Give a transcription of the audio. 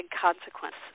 consequence